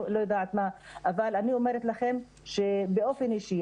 אני אומרת לכם באופן אישי,